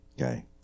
Okay